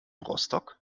rostock